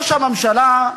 ראש הממשלה,